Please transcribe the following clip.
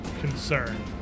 concern